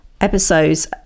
episodes